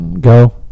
go